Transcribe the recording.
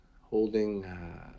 holding